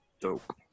Dope